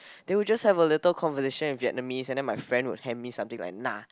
they will just have a little conversation in Vietnamese and then my friend will hand me something like